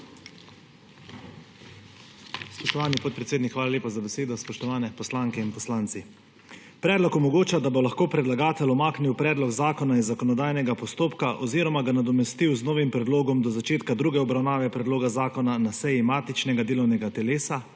Spoštovani podpredsednik, hvala lepa za besedo. Spoštovani poslanke in poslanci! Predlog omogoča, da bo lahko predlagatelj umaknil predlog zakona iz zakonodajnega postopka oziroma ga nadomestil z novim predlogom do začetka druge obravnave predloga zakona na seji matičnega delovnega telesa